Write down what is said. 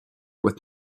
with